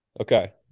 Okay